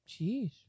Jeez